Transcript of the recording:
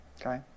Okay